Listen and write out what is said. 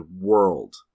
world